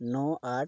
ᱱᱚ ᱟᱴ